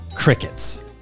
Crickets